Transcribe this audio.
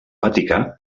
vaticà